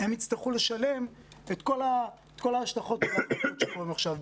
יצטרכו לשלם את כל ההשלכות של ההחלטות שמקבלים עכשיו,